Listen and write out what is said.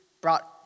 brought